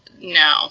no